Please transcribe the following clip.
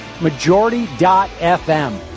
Majority.fm